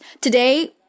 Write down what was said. today